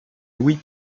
louis